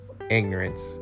ignorance